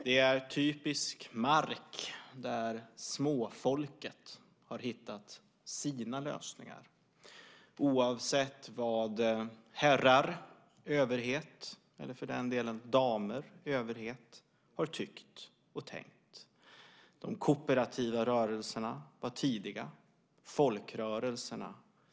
Det är typisk mark där småfolket har hittat sina lösningar oavsett vad herrar överhet, eller för den delen damer överhet, har tyckt och tänkt. De kooperativa rörelserna och folkrörelserna var tidiga.